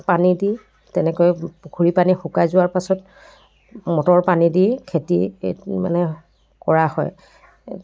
পানী দি তেনেকৈ পুখুৰী পানী শুকাই যোৱাৰ পাছত মটৰ পানী দি খেতি মানে কৰা হয়